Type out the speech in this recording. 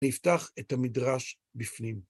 להפתח את המדרש בפנים.